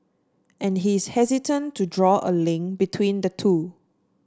and he is hesitant to draw a link between the two